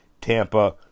Tampa